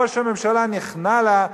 ראש הממשלה נכנע לה,